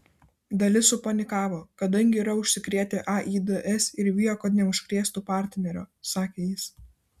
dalis supanikavo kadangi yra užsikrėtę aids ir bijo kad neužkrėstų partnerio sakė jis